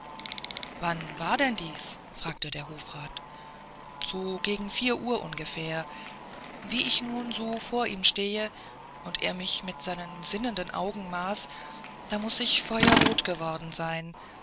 wann war denn dies fragte der hofrat so gegen vier uhr ungefähr wie ich nun so vor ihm stehe und er mich mit seinem sinnenden auge maß da muß ich feuerrot geworden sein